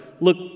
look